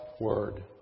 word